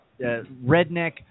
redneck